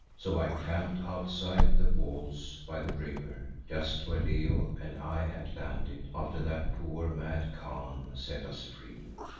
so i camped outside the walls by the river just where leo and i had landed after that poor mad khan set us free,